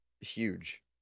huge